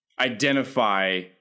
identify